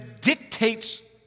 dictates